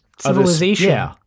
civilization